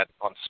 on